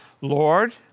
Lord